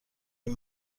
این